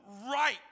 right